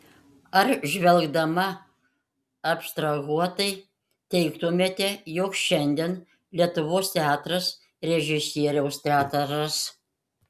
ar žvelgdama abstrahuotai teigtumėte jog šiandien lietuvos teatras režisieriaus teatras